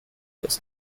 ist